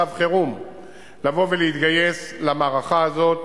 צו חירום לבוא ולהתגייס למערכה הזאת,